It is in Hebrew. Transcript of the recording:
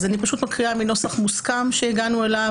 אז אני פשוט מקריאה מנוסח מוסכם שהגענו אליו